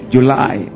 July